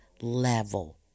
level